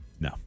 No